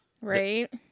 Right